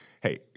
hey